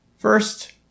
First